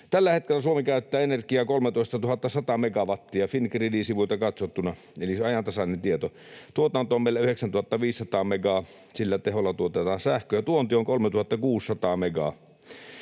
Tällä hetkellä Suomi käyttää energiaa 13 100 megawattia Fingridin sivuilta katsottuna, eli se on ajantasainen tieto. Tuotanto on meillä 9 500 megaa, sillä teholla tuotetaan sähköä. Tuonti on 3 600 megaa.